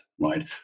right